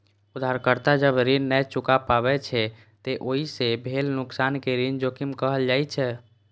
उधारकर्ता जब ऋण नै चुका पाबै छै, ते ओइ सं भेल नुकसान कें ऋण जोखिम कहल जाइ छै